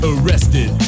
arrested